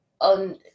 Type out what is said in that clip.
on